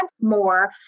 more